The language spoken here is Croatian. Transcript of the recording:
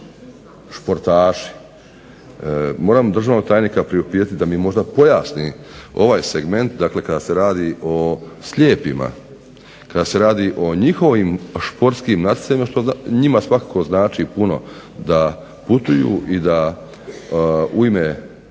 športaši. Moram državnog tajnika priupitati da mi možda pojasni ovaj segment dakle kad se radi o slijepima, kada se radi o njihovim športskim natjecanjima što njima svakako znači puno da putuju i da u